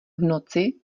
noci